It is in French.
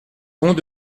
pont